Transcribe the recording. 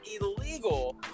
illegal